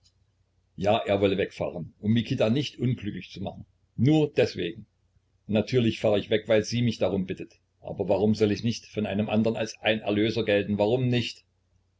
ja er wolle wegfahren um mikita nicht unglücklich zu machen nur deswegen natürlich fahr ich weg weil sie mich darum bittet aber warum soll ich nicht vor einem andren als ein erlöser gelten warum nicht